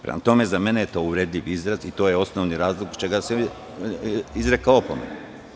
Prema tome, za mene je to uvredljiv izraz i to je osnovni razlog zbog čega sam joj izrekao opomenu.